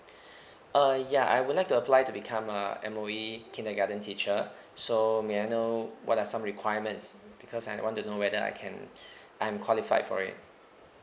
uh ya I would like to apply to become a M_O_E kindergarten teacher so may I know what are some requirements because I want to know whether I can I'm qualified for it